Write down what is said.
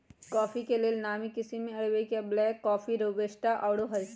coffee के लेल नामी किशिम में अरेबिका, ब्लैक कॉफ़ी, रोबस्टा आउरो हइ